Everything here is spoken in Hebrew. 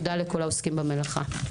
תודה לכל העוסקים במלאכה.